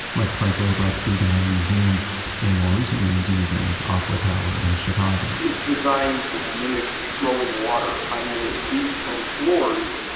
like frank lloyd wright's guggenheim museum and more recently and jeanne gang's ah oakwood tower in chicago it's designed to mimic flowing water. and the eighty-some floors,